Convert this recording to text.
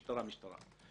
משטרה,